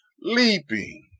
leaping